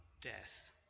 death